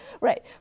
Right